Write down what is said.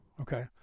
okay